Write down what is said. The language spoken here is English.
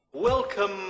Welcome